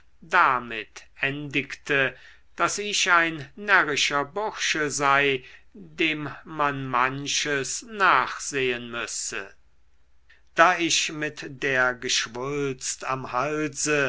damit endigte daß ich ein närrischer bursche sei dem man manches nachsehen müsse da ich mit der geschwulst am halse